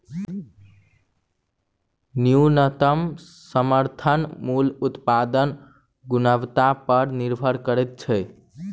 न्यूनतम समर्थन मूल्य उत्पादक गुणवत्ता पर निभर करैत छै